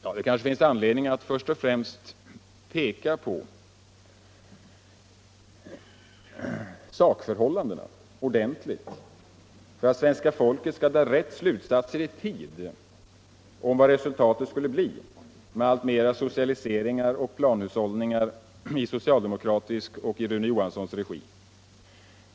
Ja, det kanske finns anledning först och främst att ordentligt peka på sakförhållandena för att svenska folket skall dra rätt slutsatser i tid om vad resultatet skulle bli med allt mera socialiseringar och planhushållningar i socialdemokratisk och i Rune Johanssons regi.